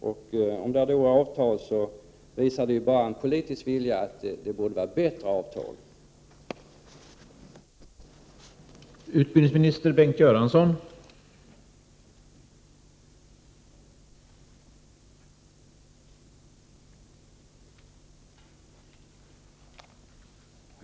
Om avtalen är dåliga visar vår inställning att den politiska viljan bör vara att avtalen skall vara bättre.